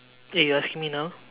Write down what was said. eh you asking me now